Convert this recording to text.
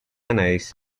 anéis